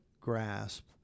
grasp